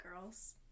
girls